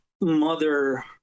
mother